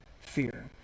fear